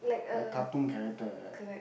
like cartoon character like that